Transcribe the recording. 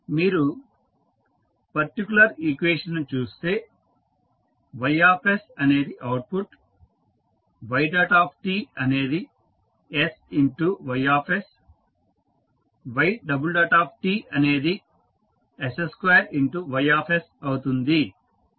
మీరు particular equation ను చూస్తే Ys అనేది అవుట్పుట్ yt అనేది sY yt అనేది s2Ys అవుతుంది